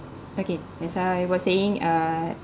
okay as I was saying uh